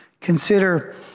consider